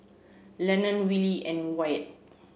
Lenon Willy and Wyatt